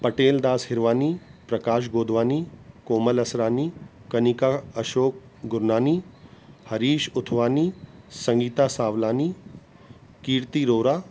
Patel Das Hirwani Prakash Godwani Komal Asrani Kanika Ashok Gurnani Harish Uthwani Sangeeta Savlani Kirti Rohra